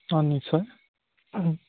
অঁ নিশ্চয়